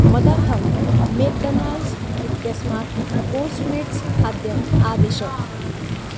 मदर्थं मेक्डोनाल्ड्स् इत्यस्मात् पोस्ट्मेट्स् खाद्यम् आदिश